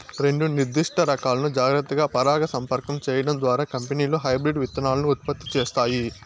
రెండు నిర్దిష్ట రకాలను జాగ్రత్తగా పరాగసంపర్కం చేయడం ద్వారా కంపెనీలు హైబ్రిడ్ విత్తనాలను ఉత్పత్తి చేస్తాయి